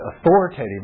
authoritative